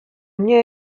мне